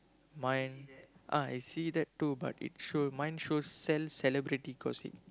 mine ah I see that too but it shows mine shows sell celebrity gossip